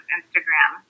Instagram